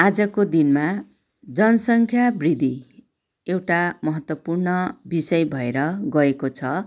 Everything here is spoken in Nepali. आजको दिनमा जनसङ्ख्या बृद्धि एउटा महत्वपूर्ण विषय भएर गएको छ